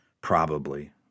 Probably